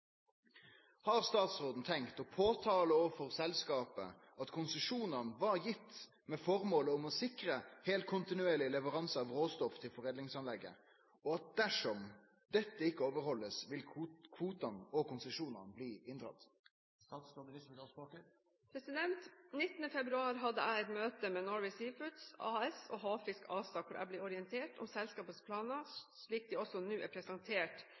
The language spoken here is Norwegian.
Har statsråden tenkt å påtale overfor selskapet at konsesjonene var gitt med formål om å sikre helkontinuerlig leveranse av råstoff til foredlingsanlegget, og at dersom dette ikke overholdes vil kvotene og konsesjonene bli inndratt?» Den 19. februar hadde jeg et møte med Norway Seafoods AS og Havfisk ASA, hvor jeg ble orientert om selskapenes planer slik de også nå er presentert